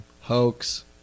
Hoax